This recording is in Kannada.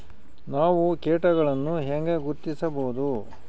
ನಾವು ಕೇಟಗಳನ್ನು ಹೆಂಗ ಗುರ್ತಿಸಬಹುದು?